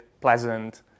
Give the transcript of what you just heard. pleasant